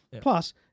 Plus